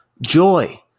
joy